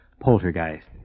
poltergeist